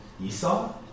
Esau